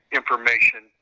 information